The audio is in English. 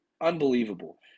unbelievable